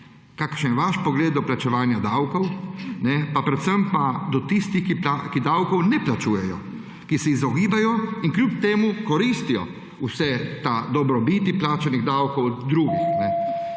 Kakšen je vaš pogled na plačevanje davkov, pa predvsem pa do tistih, ki davkov ne plačujejo, ki se tega izogibajo, kljub temu pa koristijo ves ta dobrobiti plačanih davkov drugih?